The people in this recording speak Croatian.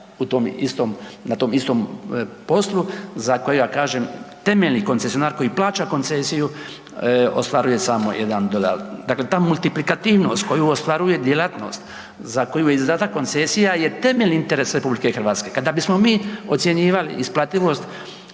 u tom istom, na tom istom poslu za koji ja kažem temeljni koncesionar koji plaća koncesiju ostvaruje samo jedan dolar. Dakle, ta multiplikativnost koju ostvaruje djelatnost za koju je izdata koncesija je temeljni interes RH. Kada bismo mi ocjenjivali isplativost